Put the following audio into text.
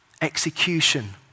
execution